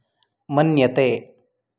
मन्यते